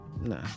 nah